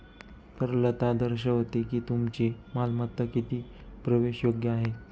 तरलता दर्शवते की तुमची मालमत्ता किती प्रवेशयोग्य आहे